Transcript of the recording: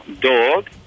dog